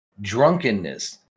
drunkenness